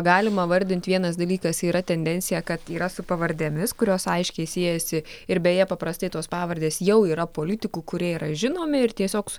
galima vardint vienas dalykas yra tendencija kad yra su pavardėmis kurios aiškiai siejasi ir beje paprastai tos pavardės jau yra politikų kurie yra žinomi ir tiesiog su